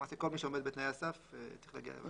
למעשה כל מי שעומד בתנאי הסף צריך להגיע.